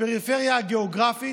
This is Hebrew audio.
בפריפריה הגיאוגרפית,